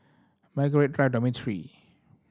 Margaret Drive Dormitory